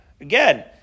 again